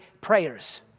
prayers